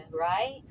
right